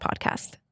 podcast